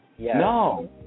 No